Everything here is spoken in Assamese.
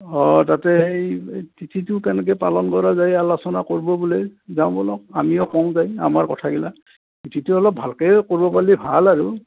অ তাতে সেই তিথিটো কেনেকৈ পালন কৰা যায় আলোচনা কৰিব বোলে যাওঁ ব'লক আমিও কওঁগৈ আমাৰ কথাবিলাক তিথিটো অলপ ভালকৈ কৰিব পাৰিলে ভাল আৰু